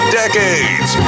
decades